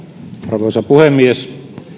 arvoisa puhemies